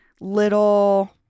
little